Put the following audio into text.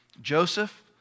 Joseph